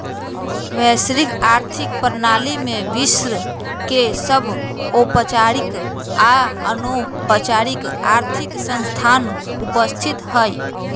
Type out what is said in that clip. वैश्विक आर्थिक प्रणाली में विश्व के सभ औपचारिक आऽ अनौपचारिक आर्थिक संस्थान उपस्थित हइ